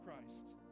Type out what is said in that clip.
Christ